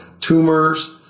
tumors